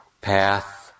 path